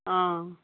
অঁ